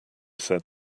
said